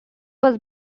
was